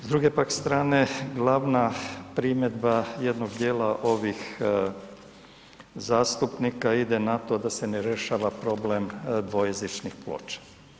S druge pak strane glavna primjedba jednog dijela ovih zastupnika ide na to da se ne rješava problem dvojezičnih ploča.